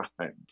time